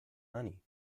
honey